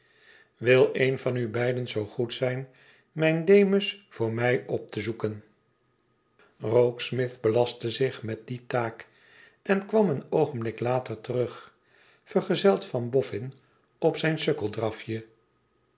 wil een van u beiden zoo goed zijn mijn demus voor mij op te zoeken rokesmith belastte zich met die taak en kwam een oogenblik later terug vergezeld van bofn op zijn